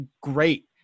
great